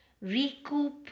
recoup